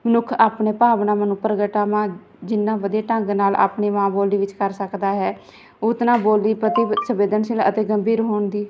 ਮਨੁੱਖ ਆਪਣੇ ਭਾਵਨਾਵਾਂ ਨੂੰ ਪ੍ਰਗਟਾਵਾਂ ਜਿੰਨਾ ਵਧੀਆ ਢੰਗ ਨਾਲ ਆਪਣੀ ਮਾਂ ਬੋਲੀ ਵਿੱਚ ਕਰ ਸਕਦਾ ਹੈ ਉਤਨਾ ਬੋਲੀ ਪ੍ਰਤੀ ਸੰਵੇਦਨਸ਼ੀਲ ਅਤੇ ਗੰਭੀਰ ਹੋਣ ਦੀ